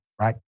right